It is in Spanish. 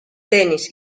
tenis